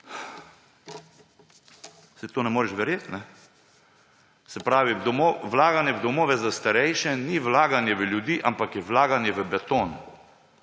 Saj to ne moreš verjeti. Se pravi, vlaganje v domove za starejše ni vlaganje v ljudi, ampak je vlaganje v beton.